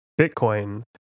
Bitcoin